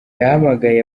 yahamagaye